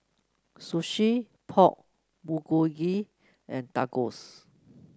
Sushi Pork Bulgogi and Tacos